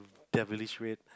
devilish red